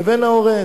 לבין ההורה.